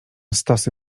stosy